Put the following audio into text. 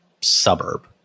suburb